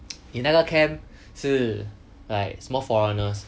你那个 camp 是 like 什么 foreigners